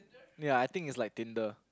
ya I think it's like Tinder